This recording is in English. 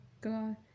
god